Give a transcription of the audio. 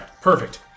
perfect